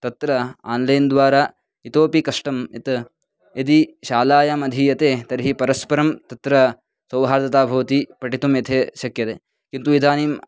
तत्र आन्लैन् द्वारा इतोऽपि कष्टम् यत् यदि शालायाम् अधीयते तर्हि परस्परं तत्र सौहार्दता भवति पठितुं यते शक्यते किन्तु इदानीं